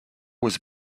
was